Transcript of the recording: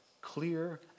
clear